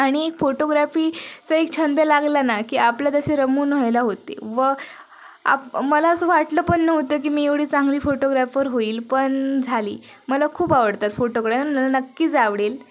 आणि एक फोटोग्राफी चा एक छंद लागला ना की आपल्यात असे रमून व्हायला होते व आपण मला असं वाटलं पण नव्हतं की मी एवढी चांगली फोटोग्रॅफर होईल पण झाले मला खूप आवडतात फोटो नक्कीच आवडेल